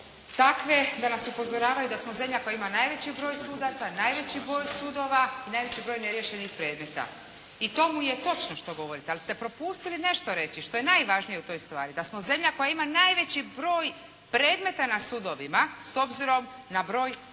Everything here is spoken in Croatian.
takve da nas upozoravaju da smo zemlja koja ima najveći broj sudaca, najveći broj sudova i najveći broj ne riješenih predmeta. I to je točno što govorite, ali ste propustili nešto reći, što je najvažnije u toj stvari, da smo zemlja koja ima najveći broj predmeta na sudovima s obzirom na broj